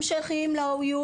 הם שייכים ל-OU,